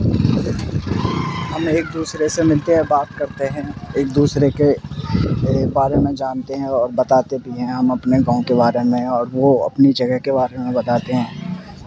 ہم ایک دوسرے سے ملتے ہیں بات کرتے ہیں ایک دوسرے کے میرے بارے میں جانتے ہیں اور بتاتے بھی ہیں ہم اپنے گاؤں کے بارے میں اور وہ اپنی جگہ کے بارے میں بتاتے ہیں